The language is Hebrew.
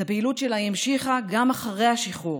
את הפעילות שלה היא המשיכה גם אחרי השחרור,